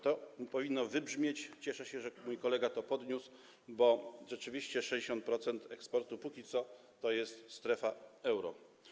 To powinno wybrzmieć, cieszę się, że mój kolega to podniósł, bo rzeczywiście 60% eksportu na razie to jest strefa euro.